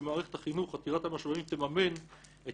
שמערכת החינוך עתירת המשאבים תממן את